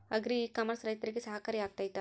Agri e commerce ರೈತರಿಗೆ ಸಹಕಾರಿ ಆಗ್ತೈತಾ?